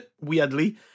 weirdly